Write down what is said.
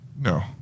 No